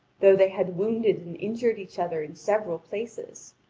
though they had wounded and injured each other in several places.